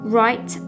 right